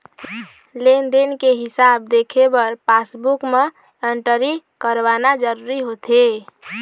लेन देन के हिसाब देखे बर पासबूक म एंटरी करवाना जरूरी होथे